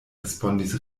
respondis